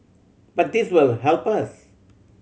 but this will help us